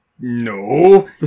no